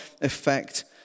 effect